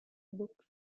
books